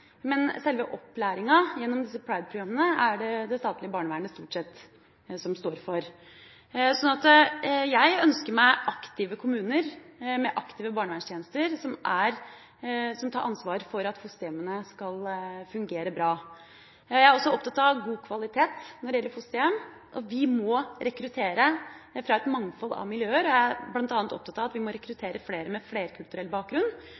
men opplæringa gjennom PRIDE-programmene er det stort sett det statlige barnevernet som står for. Jeg ønsker meg aktive kommuner med aktive barneverntjenester, som tar ansvar for at fosterhjemmene skal fungere bra. Jeg er også opptatt av god kvalitet når det gjelder fosterhjem, og vi må rekruttere fra et mangfold av miljøer. Jeg er bl.a. opptatt av at vi må rekruttere flere med flerkulturell bakgrunn,